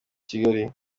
kigali